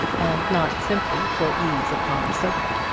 and not simply for ease upon a sofa.